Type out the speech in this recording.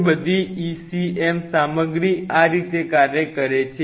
તે બધી ECM સામગ્રી આ રીતે કાર્ય કરે છે